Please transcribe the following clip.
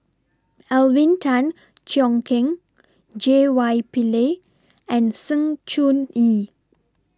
Alvin Tan Cheong Kheng J Y Pillay and Sng Choon Yee